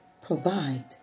provide